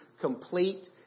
complete